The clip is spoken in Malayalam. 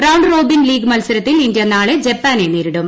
റൌണ്ട് റോബിൻ ലീഗ് മത്സരത്തിൽ ഇന്ത്യ നാളെ ജപ്പാനെ നേരിടും